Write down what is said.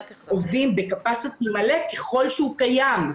עובדים במתכונת מלאה ככל שהוא קיים.